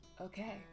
Okay